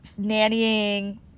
nannying